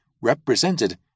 represented